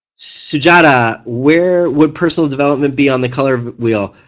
sujada, where would personal development be on the color wheel?